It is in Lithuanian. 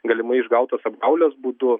galimai išgautas apgaulės būdu